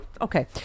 Okay